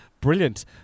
Brilliant